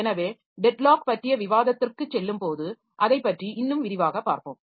எனவே deadlock பற்றிய விவாதத்திற்குச் செல்லும்போது அதைப்பற்றி இன்னும் விரிவாகப் பார்ப்போம்